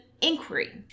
inquiry